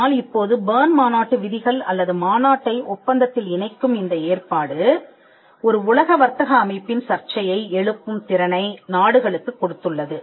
ஆனால் இப்போது பெர்ன் மாநாட்டு விதிகள் அல்லது மாநாட்டை ஒப்பந்தத்தில் இணைக்கும் இந்த ஏற்பாடு ஒரு உலக வர்த்தக அமைப்பின் சர்ச்சையை எழுப்பும் திறனை நாடுகளுக்குத் கொடுத்துள்ளது